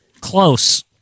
Close